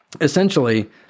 essentially